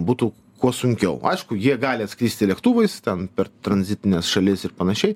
būtų kuo sunkiau aišku jie gali atskristi lėktuvais ten per tranzitines šalis ir panašiai